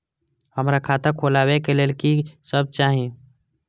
हमरा खाता खोलावे के लेल की सब चाही?